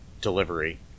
delivery